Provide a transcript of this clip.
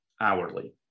hourly